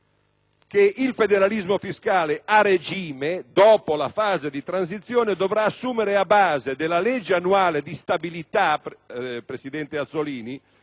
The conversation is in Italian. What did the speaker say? che il federalismo fiscale a regime, dopo la fase di transizione, dovrà assumere a base della legge annuale di stabilità della finanza